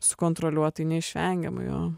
sukontroliuot tai neišvengiama jo